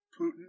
Putin